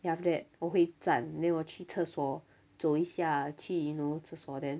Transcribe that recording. then after that 我会站 then 我去厕所走一下去 you know 厕所 then